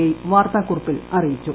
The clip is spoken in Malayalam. ഐ വാർത്താ കുറിപ്പിൽ അറിയിച്ചു